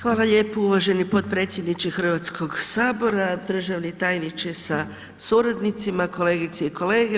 Hvala lijepo uvaženi potpredsjedniče Hrvatskoga sabora, državni tajniče sa suradnicima, kolegice i kolege.